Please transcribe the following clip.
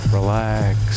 Relax